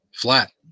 flat